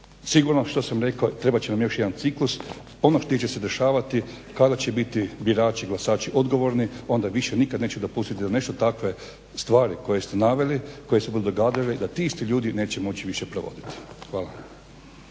Sigurno što sam rekao trebat će nam još jedan ciklus. Ono gdje će se dešavati kada će biti birači, glasači odgovorni onda više nikada neće dopustiti da nešto takve stvari koje ste naveli koje se budu događale da ti isti ljudi neće moći više provoditi. Hvala.